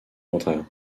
contraire